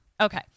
Okay